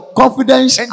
confidence